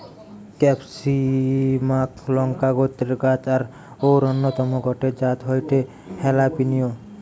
ক্যাপসিমাক লংকা গোত্রের গাছ আর অউর অন্যতম গটে জাত হয়ঠে হালাপিনিও